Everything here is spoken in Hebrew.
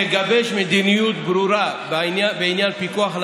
תגבש מדיניות ברורה בעניין הפיקוח על